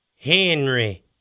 Henry